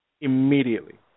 immediately